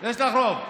יש לך רוב.